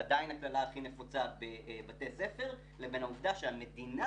עדין הקללה הכי נפוצה בבתי הספר לבין העובדה שהמדינה